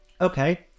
Okay